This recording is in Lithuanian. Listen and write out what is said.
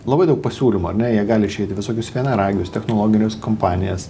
labai daug pasiūlymų ar ne jie gali išeiti į visokius vienaragius technologines kompanijas